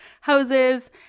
houses